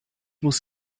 muss